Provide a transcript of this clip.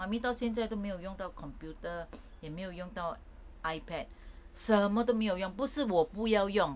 mummy 到现在都没有用到 computer 也没有用到 ipad 什么都没有用不是我不要用